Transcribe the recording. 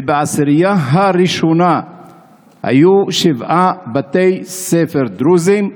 ובעשירייה הראשונה היו שבעה בתי ספר דרוזיים,